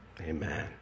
Amen